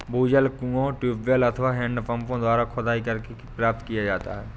भूजल कुओं, ट्यूबवैल अथवा हैंडपम्पों द्वारा खुदाई करके प्राप्त किया जाता है